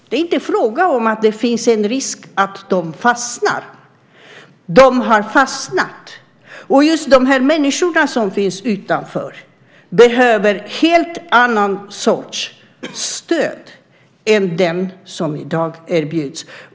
Det är inte fråga om att det finns en risk att de fastnar; de har fastnat. Just de här människorna som finns utanför behöver en helt annan sorts stöd än det som i dag erbjuds.